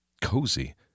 cozy